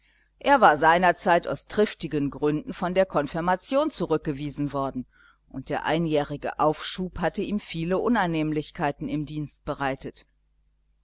er war seinerzeit aus triftigen gründen von der konfirmation zurückgewiesen worden und der einjährige aufschub hatte ihm viele unannehmlichkeiten im dienst bereitet